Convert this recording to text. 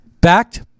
backed